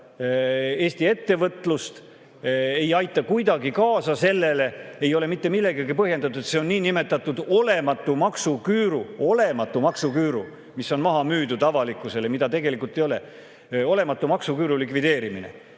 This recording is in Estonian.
Eesti ettevõtlust, ei aita kuidagi kaasa sellele, ei ole mitte millegagi põhjendatud. See on niinimetatud olematu maksuküüru – olematu maksuküüru, mis on maha müüdud avalikkusele, mida tegelikult ei ole –, olematu maksuküüru likvideerimine.